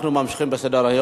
משה מטלון,